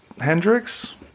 Hendrix